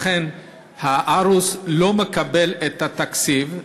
הערוץ לא מקבל את התקציב,